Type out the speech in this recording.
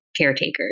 caretakers